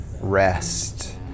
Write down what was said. rest